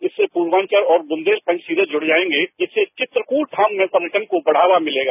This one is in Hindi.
इससे प्रर्वाचल और बुंदेलखंड सीधे जुड़ जायंगे जिससे वित्रकूट धाम में पर्वटन को बढ़ावा मिलेगा